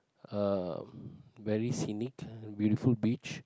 uh very scenic and beautiful beach